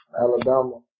Alabama